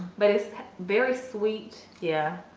but it's very sweet. yeah,